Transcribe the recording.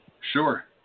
Sure